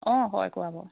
অঁ হয় কোৱা বাৰু